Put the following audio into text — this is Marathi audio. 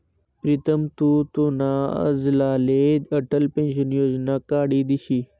प्रीतम तु तुना आज्लाले अटल पेंशन योजना काढी दिशी